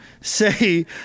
say